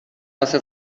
واسه